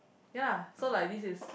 ya so like this is